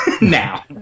now